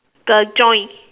the joints